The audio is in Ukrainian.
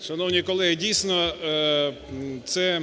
Шановні колеги, дійсно, це